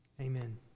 amen